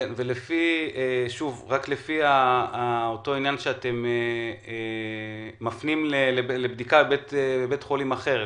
לפי אותו עניין שאתם מפנים לבדיקה בבית חולים אחר,